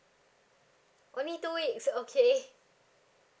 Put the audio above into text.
only two weeks okay